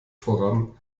voran